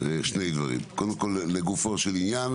קודם כל לגופו של עניין,